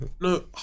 No